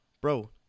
bro